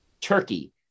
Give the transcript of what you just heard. Turkey